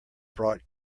brought